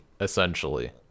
essentially